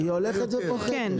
היא הולכת ופוחתת,